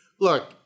look